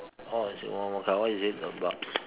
oh is it one more card what is it about